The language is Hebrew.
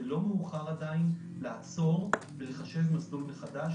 לא מאוחר עדיין לעצור ולחשב מסלול מחדש.